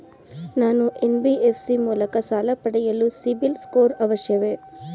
ನಾನು ಎನ್.ಬಿ.ಎಫ್.ಸಿ ಮೂಲಕ ಸಾಲ ಪಡೆಯಲು ಸಿಬಿಲ್ ಸ್ಕೋರ್ ಅವಶ್ಯವೇ?